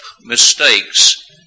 mistakes